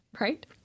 Right